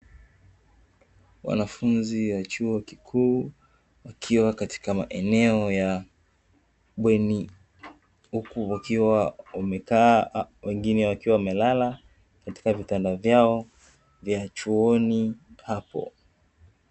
Wanafunzi wa chuo kikuuu, wakiwa katika maeneo ya bweni. Huku wakiwa wamekaa, wengine wakiwa wamelala katika vitanda vyao vya chuoni hapo.